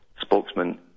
spokesman